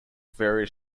various